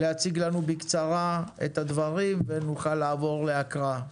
להציג לנו בקצרה את הדברים, ונוכל לעבור להקראה.